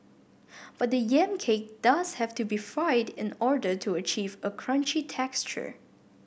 but the yam cake does have to be fried in order to achieve a crunchy texture